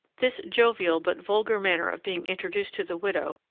this jovial but vulgar manner of being introduced to the widow,